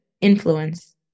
influence